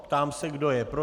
Ptám se, kdo je pro.